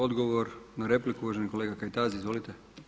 Odgovor na repliku uvaženi kolega Kajtazi, izvolite.